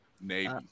Navy